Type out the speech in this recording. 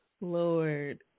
Lord